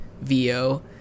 VO